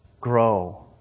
grow